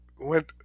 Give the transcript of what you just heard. went